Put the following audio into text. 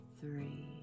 three